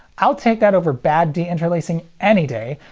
i'll take that over bad deinterlacing any day,